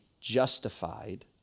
justified